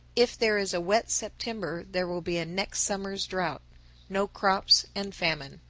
if there is a wet september, there will be a next summer's drouth no crops and famine.